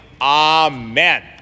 Amen